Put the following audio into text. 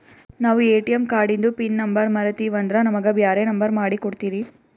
ನಾನು ಎ.ಟಿ.ಎಂ ಕಾರ್ಡಿಂದು PIN number ಮರತೀವಂದ್ರ ನಮಗ ಬ್ಯಾರೆ ನಂಬರ್ ಮಾಡಿ ಕೊಡ್ತೀರಿ?